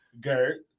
Gert